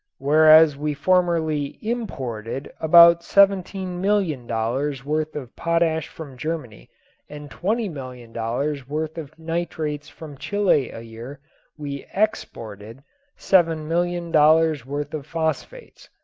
whereas we formerly imported about seventeen million dollars worth of potash from germany and twenty million dollars worth of nitrates from chile a year we exported seven million dollars worth of phosphates.